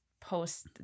post